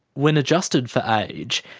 when adjusted for age,